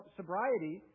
sobriety